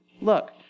Look